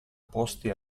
posti